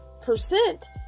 percent